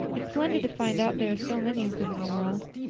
it's splendid to find out there are so many of them in the world.